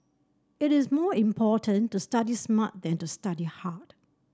it is more important to study smart than to study hard